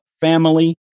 family